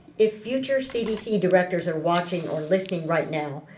if future cdc directors are watching or listening right now,